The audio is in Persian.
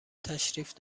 تشریف